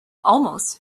almost